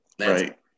Right